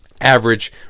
average